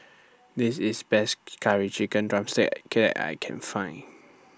This IS Best Curry Chicken Drumstick I Can Find